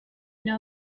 know